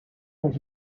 dans